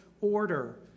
order